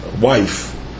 wife